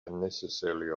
unnecessarily